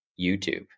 youtube